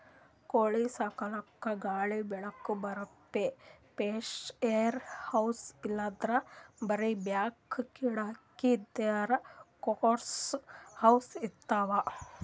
ಕೋಳಿ ಸಾಕಲಕ್ಕ್ ಗಾಳಿ ಬೆಳಕ್ ಬರಪ್ಲೆ ಫ್ರೆಶ್ಏರ್ ಹೌಸ್ ಇಲ್ಲಂದ್ರ್ ಬರಿ ಬಾಕ್ಲ್ ಕಿಡಕಿ ಇದ್ದಿದ್ ಕ್ಲೋಸ್ಡ್ ಹೌಸ್ ಇರ್ತವ್